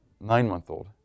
Nine-month-old